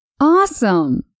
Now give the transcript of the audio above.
Awesome